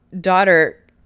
daughter